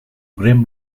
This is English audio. grim